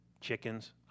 chickens